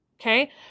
Okay